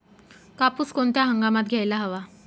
कापूस कोणत्या हंगामात घ्यायला हवा?